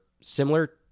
similar